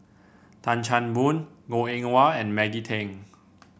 Tan Chan Boon Goh Eng Wah and Maggie Teng